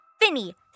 Finny